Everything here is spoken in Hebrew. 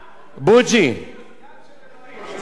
תשמע,